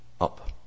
up